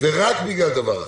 ורק בגלל דבר אחד,